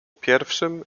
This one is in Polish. pierwszym